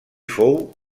fou